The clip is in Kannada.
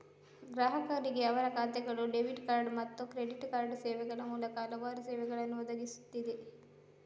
ಗ್ರಾಹಕರಿಗೆ ಅವರ ಖಾತೆಗಳು, ಡೆಬಿಟ್ ಕಾರ್ಡ್ ಮತ್ತು ಕ್ರೆಡಿಟ್ ಕಾರ್ಡ್ ಸೇವೆಗಳ ಮೂಲಕ ಹಲವಾರು ಸೇವೆಗಳನ್ನು ಒದಗಿಸಲಾಗುತ್ತಿದೆ